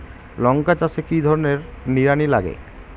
লঙ্কা চাষে কি ধরনের নিড়ানি লাগে?